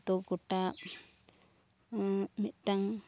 ᱫᱚ ᱜᱳᱴᱟ ᱢᱤᱫᱴᱟᱱ